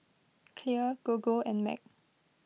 Clear Gogo and Mac